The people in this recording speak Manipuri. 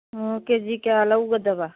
ꯀꯦꯖꯤ ꯀꯌꯥ ꯂꯧꯒꯗꯕ